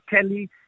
Kelly